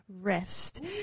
rest